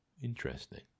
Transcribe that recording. Interesting